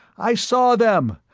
i saw them!